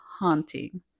Haunting